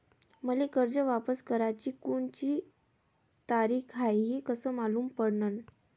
मले कर्ज वापस कराची कोनची तारीख हाय हे कस मालूम पडनं?